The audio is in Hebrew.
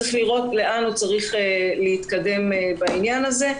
צריך לראות לאן עוד צריך להתקדם בעניין הזה.